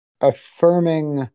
affirming